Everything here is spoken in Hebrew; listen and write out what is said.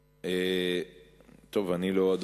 84,